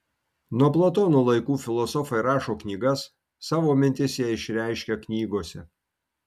nuo platono laikų filosofai rašo knygas savo mintis jie išreiškia knygose